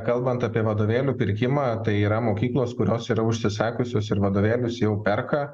kalbant apie vadovėlių pirkimą tai yra mokyklos kurios yra užsisakiusios ir vadovėlius jau perka